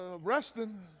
resting